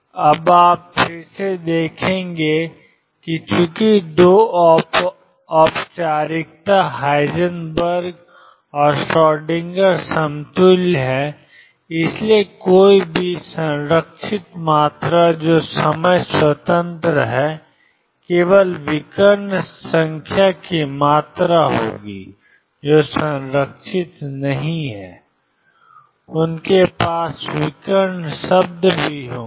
अब आप फिर से देखेंगे कि चूंकि दो औपचारिकता हाइजेनबर्ग और श्रोडिंगर समतुल्य हैं इसलिए कोई भी संरक्षित मात्रा जो समय स्वतंत्र है केवल विकर्ण संख्या की मात्रा होगी जो संरक्षित नहीं हैं उनके पास विकर्ण शब्द भी होंगे